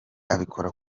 abikora